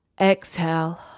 exhale